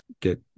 get